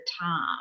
time